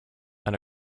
and